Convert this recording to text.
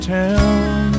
town